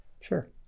sure